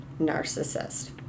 narcissist